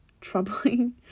troubling